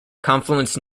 confluence